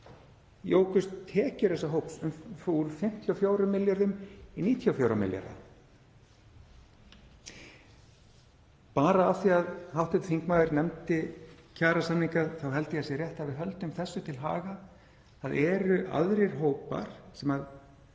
jukust tekjur þessa hóps úr 54 milljörðum í 94 milljarða. Bara af því að hv. þingmaður nefndi kjarasamninga þá held ég að rétt sé að við höldum þessu til haga. Það eru aðrir hópar sem